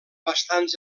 bastants